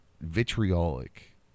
vitriolic